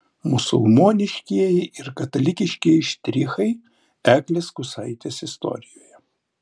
musulmoniškieji ir katalikiškieji štrichai eglės kusaitės istorijoje